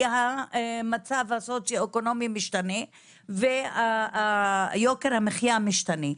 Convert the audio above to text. כי המצב הסוציו אקונומי משתנה ויוקר המחיה משתנה.